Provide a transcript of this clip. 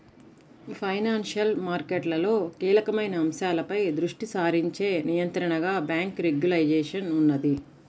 financial మార్కెట్లలో కీలకమైన అంశాలపై దృష్టి సారించే నియంత్రణగా బ్యేంకు రెగ్యులేషన్ ఉన్నది